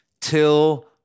till